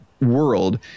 world